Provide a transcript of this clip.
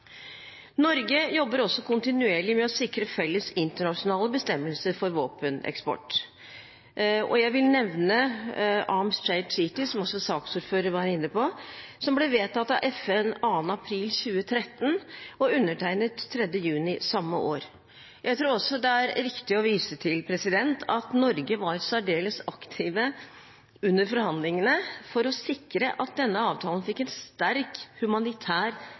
Norge jobber også kontinuerlig med å sikre felles internasjonale bestemmelser for våpeneksport. Jeg vil nevne Arms Trade Treaty – som også saksordføreren var inne på – som ble vedtatt i FN 2. april 2013 og undertegnet 3. juni samme år. Jeg tror det er riktig å vise til at Norge var særdeles aktive under forhandlingene for å sikre at denne avtalen fikk en sterkt humanitær